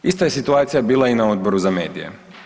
Ista je situacija bila i na Odboru za medije.